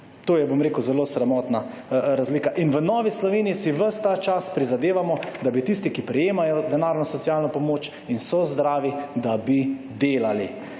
To je, bom rekel, zelo sramotna razlika. In v Novi Sloveniji si ves ta čas prizadevamo, da bi tisti, ki prejemajo denarno socialno pomoč in so zdravi, da bi delali.